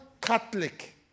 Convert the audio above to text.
Catholic